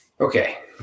Okay